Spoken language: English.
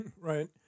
Right